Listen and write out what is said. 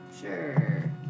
Sure